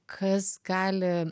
kas gali